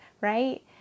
Right